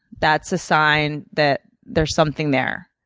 that's a sign that there's something there.